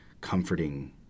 comforting